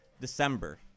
December